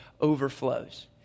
overflows